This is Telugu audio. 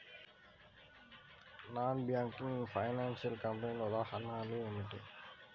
నాన్ బ్యాంకింగ్ ఫైనాన్షియల్ కంపెనీల ఉదాహరణలు ఏమిటి?